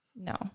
No